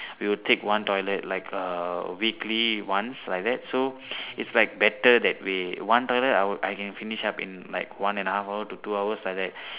we will take one toilet like uh weekly once like that so its like better that way one toilet I will I can finish up in like one and a half hour to two hours like that